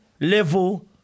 level